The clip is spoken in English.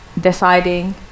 deciding